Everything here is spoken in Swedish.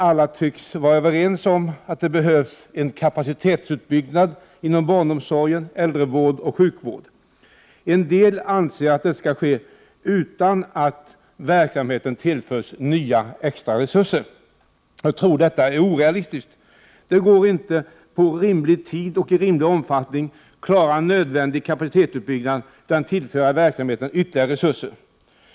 Alla tycks vara överens om att det behövs en kapacitetsutbyggnad inom barnomsorg, äldrevård och sjukvård. En del anser att detta skall ske utan att verksamheten tillförs nya extra resurser. Jag tror att detta är orealistiskt. Det går inte att på rimlig tid och i rimlig omfattning klara nödvändig kapacitetsutbyggnad utan att tillföra verksamheten ytterligare resurser.